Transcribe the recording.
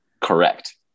Correct